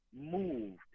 moved